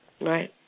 right